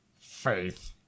Faith